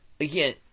again